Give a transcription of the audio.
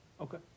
okay